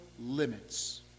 limits